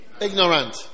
Ignorant